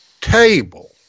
table